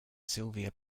sylvia